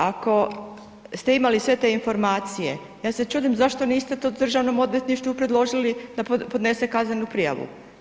Ako ste imali sve te informacije, ja se čudim zašto niste to Državnom odvjetništvu predložili da podnese kaznenu prijavu.